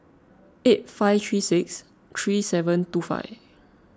eight five three six three seven two five